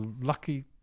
lucky